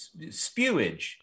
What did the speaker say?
spewage